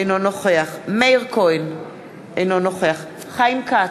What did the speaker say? אינו נוכח מאיר כהן, אינו נוכח חיים כץ,